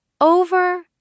over